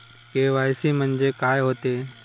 KYC म्हंनजे का होते?